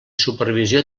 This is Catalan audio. supervisió